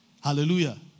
Hallelujah